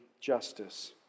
justice